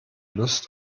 lust